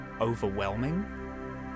overwhelming